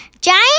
Giant